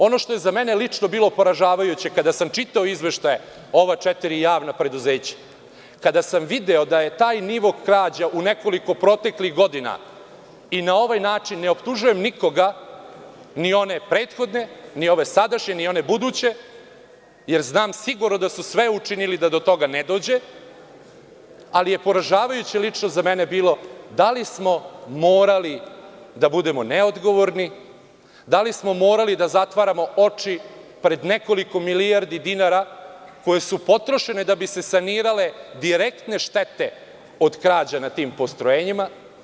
Ono što je za mene lično bilo poražavajuće kada sam čitao izveštaje ova četiri javna preduzeća, kada sam video da je taj nivo krađa u nekoliko proteklih godinai na ovaj način ne optužujem nikoga, ni one prethodne, ni ove sadašnje, ni one buduće, jer znam sigurno da su sve učinili da do toga ne dođe, ali je poražavajuće lično za mene bilo – da li smo morali da budemo neodgovorni, da li smo morali da zatvaramo oči pred nekoliko milijardi dinara koje su potrošene da bi se sanirale direktne štete od krađa na tim postrojenjima?